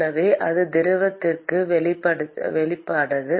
எனவே அது திரவத்திற்கு வெளிப்படாது